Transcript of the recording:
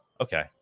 okay